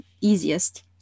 easiest